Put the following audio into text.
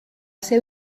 seu